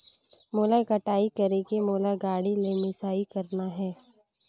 मोला कटाई करेके मोला गाड़ी ले मिसाई करना हे?